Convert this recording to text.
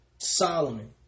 Solomon